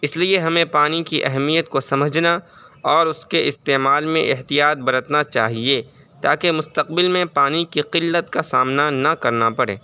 اس لیے ہمیں پانی کی اہمیت کو سمجھنا اور اس کے استعمال میں احتیاط برتنا چاہیے تاکہ مستقبل میں پانی کی قلت کا سامنا نہ کرنا پڑے